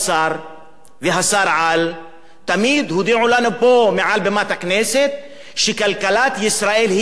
ושר-העל תמיד הודיעו לנו פה מעל בימת הכנסת שכלכלת ישראל חסינה,